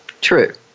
true